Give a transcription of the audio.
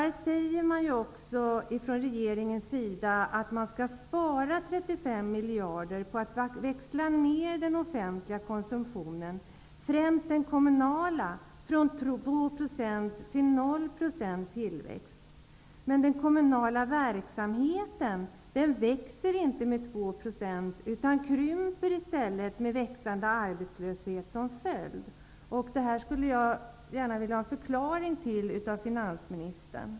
Regeringen anser att 35 miljarder kronor skall sparas på att växla ned den offentliga konsumtionen, främst den kommunala, från 2 % till 0 % tillväxt. Men den kommunala verksamheten växer inte med 2 % utan krymper i stället med växande arbetslöshet som följd. Jag skulle gärna vilja ha en förklaring till detta av finansministern.